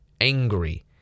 angry